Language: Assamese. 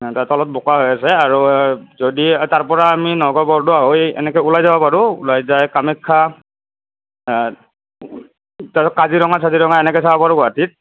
সেনকৈ তলত বোকা হৈ আছে আৰু যদি তাৰপৰা আমি নগাঁও বৰদোৱা হৈ এনেকৈ ওলাই যাব পাৰোঁ ওলাই যাই কামাখ্যা তাৰপাছত কাজিৰঙা চাজিৰঙা এনেকৈ চাব পাৰোঁ গুৱাহাটীত